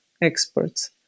experts